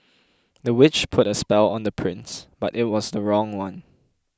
the witch put a spell on the prince but it was the wrong one